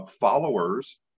followers